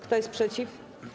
Kto jest przeciw?